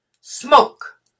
Smoke